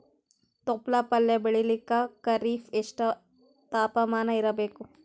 ತೊಪ್ಲ ಪಲ್ಯ ಬೆಳೆಯಲಿಕ ಖರೀಫ್ ಎಷ್ಟ ತಾಪಮಾನ ಇರಬೇಕು?